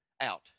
out